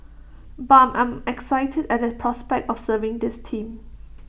but I'm excited at the prospect of serving this team